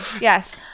Yes